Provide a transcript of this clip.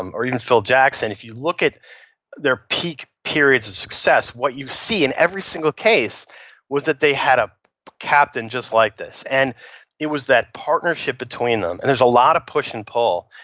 um or even phil jackson. if you look at their peak periods of success what you see in ever single case was that they had a captain just like this. and it was that partnership between them and there's a lot of push and pull.